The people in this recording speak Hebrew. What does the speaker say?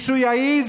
אני רוצה לשאול: